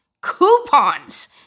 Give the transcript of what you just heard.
coupons